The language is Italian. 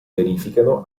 verificano